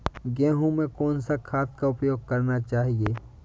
गेहूँ में कौन सा खाद का उपयोग करना चाहिए?